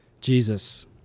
Jesus